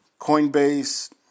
coinbase